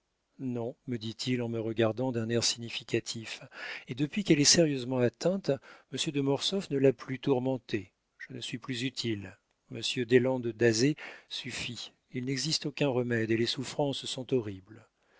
non me dit-il en me regardant d'un air significatif et depuis qu'elle est sérieusement atteinte monsieur de mortsauf ne l'a plus tourmentée je ne suis plus utile monsieur deslandes d'azay suffit il n'existe aucun remède et les souffrances sont horribles